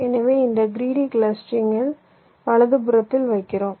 எனவே இந்த கிரீடி கிளஸ்டரிங்கில் வலதுபுறத்தில் வைக்கிறோம்